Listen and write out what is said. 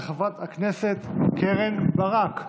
של חברת הכנסת קרן ברק,